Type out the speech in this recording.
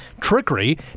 trickery